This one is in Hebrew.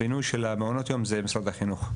הבינוי של מעונות יום זה משרד החינוך.